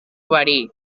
verí